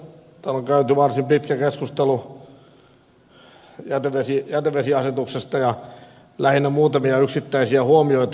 täällä on käyty varsin pitkä keskustelu jätevesiasetuksesta ja lähinnä muutamia yksittäisiä huomioita